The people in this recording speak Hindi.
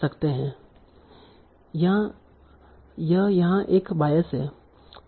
यह यहाँ एक बायस है